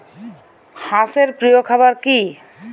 হাঁস এর প্রিয় খাবার কি?